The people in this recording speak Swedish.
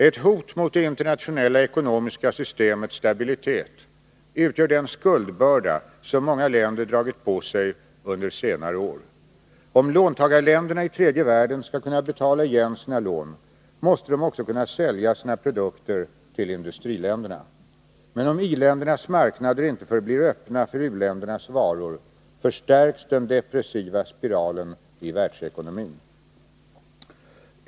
Ett hot mot det internationella ekonomiska systemets stabilitet utgör den skuldbörda som många länder dragit på sig under senare år. Om låntagarländerna i tredje världen skall kunna betala igen sina lån, måste de också kunna sälja sina produkter till industriländerna. Men om i-ländernas marknader inte förblir öppna för u-ländernas varor, förstärks den depressiva spiralen i världsekonomin.